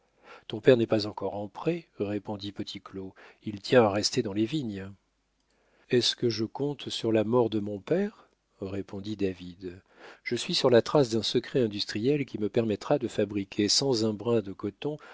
ton père n'est pas encore en pré répondit petit claud il tient à rester dans les vignes est-ce que je compte sur la mort de mon père répondit david je suis sur la trace d'un secret industriel qui me permettra de fabriquer sans un brin de coton